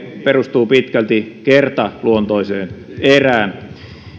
perustuu pitkälti kertaluontoiseen erään